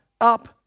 up